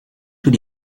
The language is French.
tous